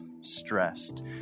stressed